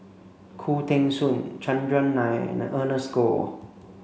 Khoo Teng Soon Chandran Nair and Ernest Goh